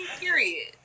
period